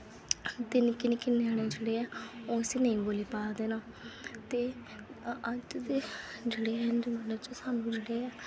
ते निक्के निक्के ञ्याने जेह्ड़े ऐ ओह् उस्सी नेईं बोल्ली पा'रदे न ते अज्ज दे जमान्ने च साढ़े जेह्ड़े ऐ